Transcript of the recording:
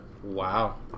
Wow